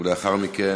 לאחר מכן,